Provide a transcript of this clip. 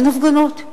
אין הפגנות.